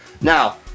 now